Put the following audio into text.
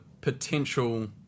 potential